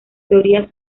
teorías